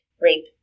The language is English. rape